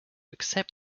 accept